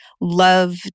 love